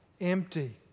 Empty